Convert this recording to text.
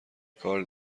کار